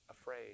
afraid